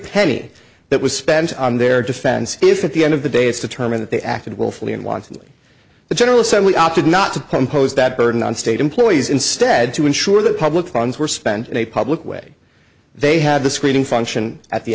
penny that was spent on their defense if at the end of the day it's determined that they acted willfully and wantonly the general assembly opted not to compose that burden on state employees instead to ensure that public funds were spent in a public way they had the screening function at the